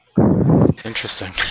interesting